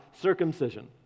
circumcision